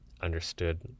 understood